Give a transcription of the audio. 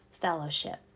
fellowship